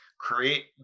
create